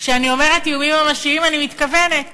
כשאני אומרת "איומים ממשיים" אני מתכוונת